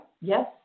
Yes